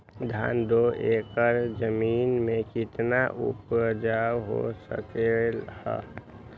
धान दो एकर जमीन में कितना उपज हो सकलेय ह?